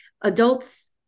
adults